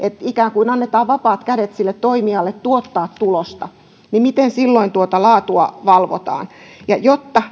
ikään kuin annetaan vapaat kädet sille toimijalle tuottaa tulosta niin miten silloin tuota laatua valvotaan jotta